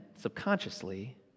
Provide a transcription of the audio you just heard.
subconsciously